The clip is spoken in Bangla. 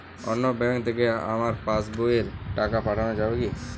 অন্য ব্যাঙ্ক থেকে আমার পাশবইয়ে টাকা পাঠানো যাবে কি?